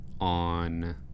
on